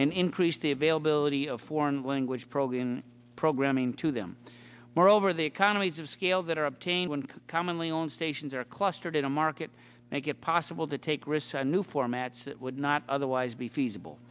and increase the availability of foreign language programming programming to them moreover the economies of scale that are obtained when commonly owned stations are clustered in a market make it possible to take risks and new formats that would not otherwise be feasible